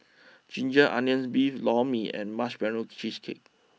Ginger Onions Beef Lor Mee and Marshmallow Cheesecake